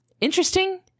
Interesting